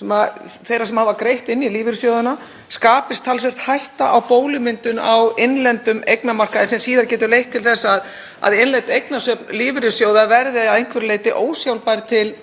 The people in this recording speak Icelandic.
þeirra sem hafa greitt inn í lífeyrissjóðina, skapist talsverð hætta á bólumyndun á innlendum eignamarkaði sem getur leitt til þess að innleidd eignasöfn lífeyrissjóða verði að einhverju leyti ósjálfbær til